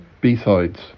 B-sides